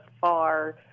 far